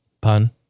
pun